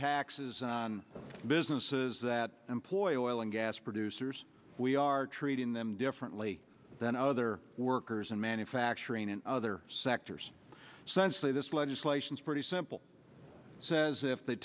taxes on businesses that employ oil and gas producers we are treating them differently than other workers in manufacturing and other sectors since they this legislation is pretty simple says if they